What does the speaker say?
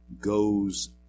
goes